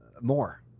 more